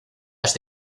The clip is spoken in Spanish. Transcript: las